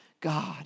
God